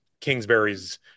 Kingsbury's